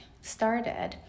started